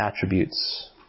attributes